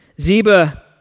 Ziba